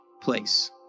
place